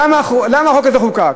למה החוק הזה חוקק?